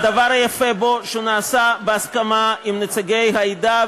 הדבר היפה בו שהוא נעשה בהסכמה עם נציגי העדה,